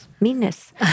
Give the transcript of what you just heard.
meanness